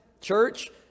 Church